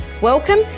Welcome